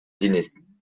dynastie